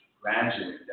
graduate